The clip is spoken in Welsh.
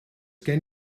gen